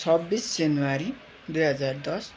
छब्बिस जनवरी दुई हजार दस